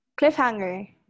Cliffhanger